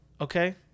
Okay